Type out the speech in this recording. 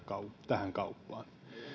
tähän kauppaan